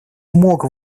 мог